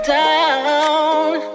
down